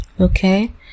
okay